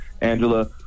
Angela